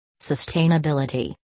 Sustainability